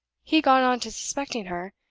he got on to suspecting her,